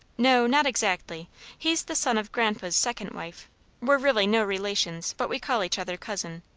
no, not exactly he's the son of grandpa's second wife we're really no relations, but we call each other cousin.